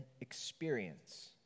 experience